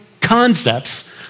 concepts